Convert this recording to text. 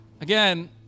again